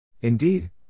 Indeed